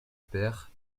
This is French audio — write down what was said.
peyre